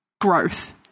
growth